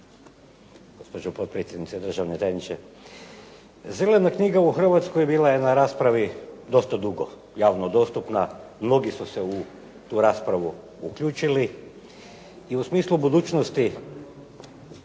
gospođo potpredsjednice, državni tajniče. Zelena knjiga u Hrvatskoj bila je na raspravi dosta dugo. Javno dostupna. Mnogi su se u tu raspravu uključili. I u smislu budućnosti